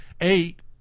eight